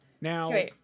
Now